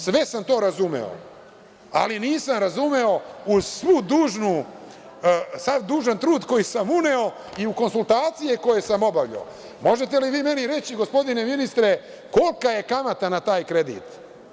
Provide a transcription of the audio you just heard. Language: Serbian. Sve sam to razumeo, ali nisam razumeo uz sav dužan trud koji sam uneo i uz konsultacije koje sam obavljao, možete li vi meni reći, gospodine ministre, kolika je kamata na taj kredit?